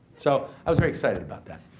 so, i was very excited about that.